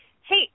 Hey